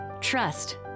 Trust